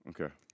Okay